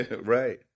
Right